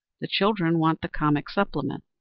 the children want the comic supplement.